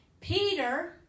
Peter